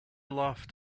laughed